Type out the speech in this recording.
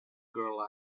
girl